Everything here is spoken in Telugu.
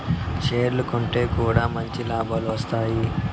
షేర్లు కొంటె కూడా మంచి లాభాలు వత్తాయి